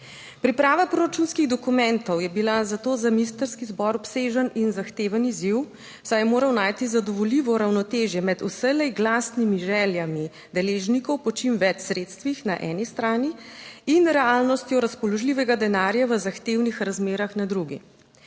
Priprava proračunskih dokumentov je bila zato za ministrski zbor obsežen in zahteven izziv, saj je moral najti zadovoljivo ravnotežje med vselej glasnimi željami deležnikov po čim več sredstvih na eni strani in realnostjo razpoložljivega denarja v zahtevnih razmerah na drugi.